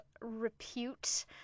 repute